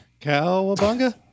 Cowabunga